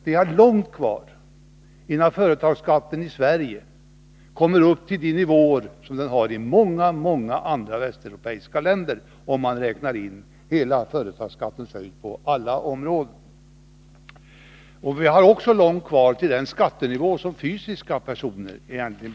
Vi har långt kvar till dess att företagsbeskattningen i Sverige kommer upp till de nivåer som den i många andra västeuropeiska länder har, inberäknat alla dess delar på olika områden. Vår företagsbeskattning har också långt kvar till den nivå som gäller för fysiska personers skatter.